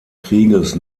krieges